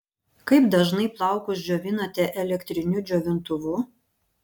kaip dažnai plaukus džiovinate elektriniu džiovintuvu